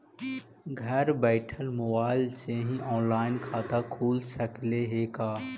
घर बैठल मोबाईल से ही औनलाइन खाता खुल सकले हे का?